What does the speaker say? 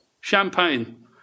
champagne